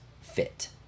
fit